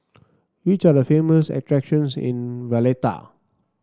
which are the famous attractions in Valletta